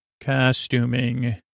costuming